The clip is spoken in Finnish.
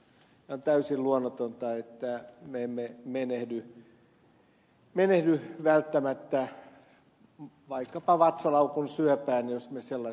on täysin luonnotonta että me emme menehdy välttämättä vaikkapa vatsalaukun syöpään jos me sellaisen saamme